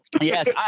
Yes